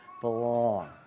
belong